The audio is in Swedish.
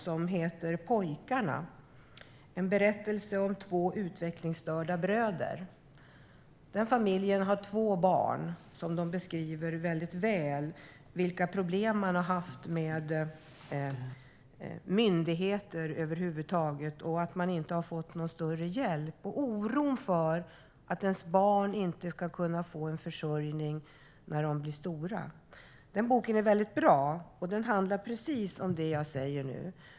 Den heter Pojkarna - En berättelse om två utvecklingsstörda bröder . Den familjen har två barn, och vilka problem man har haft med myndigheter och att man inte har fått någon större hjälp beskrivs väldigt väl, liksom oron för att barnen inte ska kunna få en försörjning när de blir stora. Den boken är mycket bra, och den handlar precis om det här.